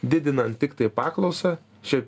didinant tiktai paklausą čia